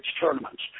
tournaments